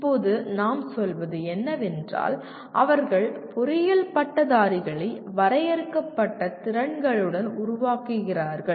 இப்போது நாம் சொல்வது என்னவென்றால் அவர்கள் பொறியியல் பட்டதாரிகளை வரையறுக்கப்பட்ட திறன்களுடன் உருவாக்குகிறார்கள்